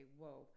whoa